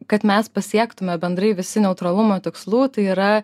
kad mes pasiektume bendrai visi neutralumo tikslų tai yra